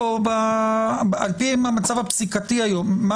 על-פי המצב הפסיקתי היום...